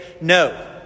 no